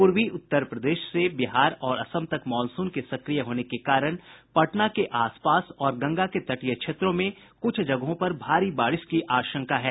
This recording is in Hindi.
पूर्वी उत्तर प्रदेश से बिहार और असम तक मॉनसून के सक्रिय होने के कारण पटना के आसपास और गंगा के तटीय क्षेत्रों में कुछ जगहों पर भारी बारिश की आशंका है